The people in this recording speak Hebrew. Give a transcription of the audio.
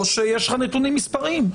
או שיש לך נתונים מספריים,